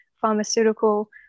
pharmaceutical